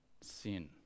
sin